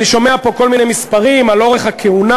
אני שומע פה כל מיני מספרים על אורך הכהונה